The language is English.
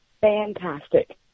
Fantastic